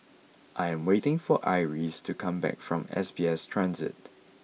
I am waiting for Iris to come back from S B S Transit